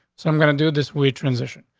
so i'm gonna do this. we transition.